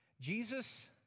Jesus